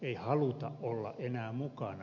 ei haluta olla enää mukana